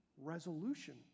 resolution